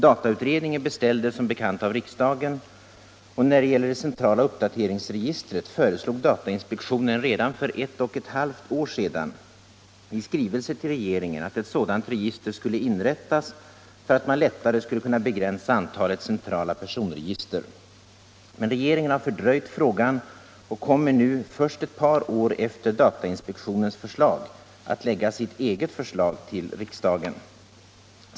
Datautredningen beställdes som bekant av riksdagen, och när det gäller det centrala uppdateringsregistret föreslog datainspektionen redan för ett och ett halvt år sedan i skrivelse till regeringen att ett sådant register skulle inrättas för att man lättare skulle kunna begränsa antalet centrala personregister. Men regeringen har fördröjt frågan och kommer nu först ett par år efter datainspektionens förslag att lägga sitt eget förslag till riksdagen.